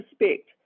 respect